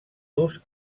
los